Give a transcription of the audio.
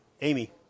Amy